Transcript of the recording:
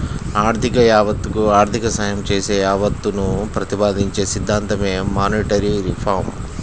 ఆర్థిక యావత్తకు ఆర్థిక సాయం చేసే యావత్తును ప్రతిపాదించే సిద్ధాంతమే మానిటరీ రిఫార్మ్